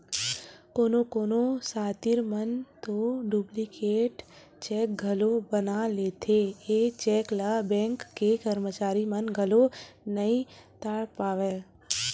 कोनो कोनो सातिर मन तो डुप्लीकेट चेक घलोक बना लेथे, ए चेक ल बेंक के करमचारी मन घलो नइ ताड़ पावय